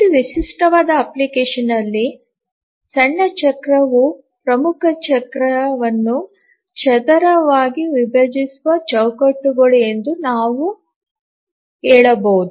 ಒಂದು ವಿಶಿಷ್ಟವಾದ ಅಪ್ಲಿಕೇಶನ್ನಲ್ಲಿ ಸಣ್ಣ ಚಕ್ರವು ಪ್ರಮುಖ ಚಕ್ರವನ್ನು ಚದರವಾಗಿ ವಿಭಜಿಸುವ ಚೌಕಟ್ಟುಗಳು ಎಂದು ನಾವು can ಹಿಸಬಹುದು